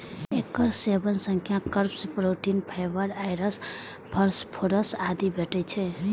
एकर सेवन सं carbs, protein, fibre, आयरस, फास्फोरस आदि भेटै छै